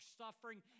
suffering